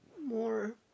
more